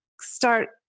start